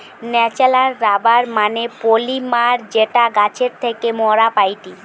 natural rubber মানে polymer যেটা গাছের থেকে মোরা পাইটি